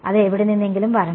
അത് എവിടെ നിന്നെങ്കിലും വരണം